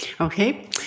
Okay